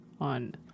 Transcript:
on